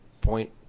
point